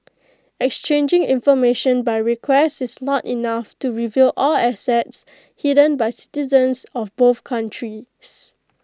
exchanging information by request is not enough to reveal all assets hidden by citizens of both countries